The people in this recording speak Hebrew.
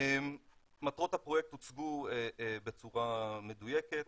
מטרות הפרויקט הוצגו בצורה מדויקת,